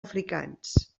africans